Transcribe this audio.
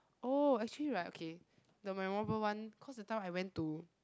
oh actually like okay the memorable one cause that time I went to